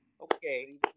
Okay